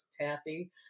Taffy